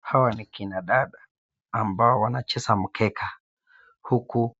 Hawa ni kina dada ambao wanacheza mkeka. Huku